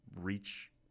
reach